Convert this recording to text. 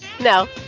No